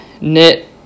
knit